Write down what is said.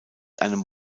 einem